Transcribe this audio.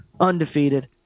undefeated